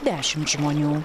dešimt žmonių